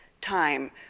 time